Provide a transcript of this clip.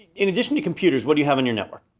in addition to computers, what do you have on your network?